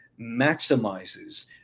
maximizes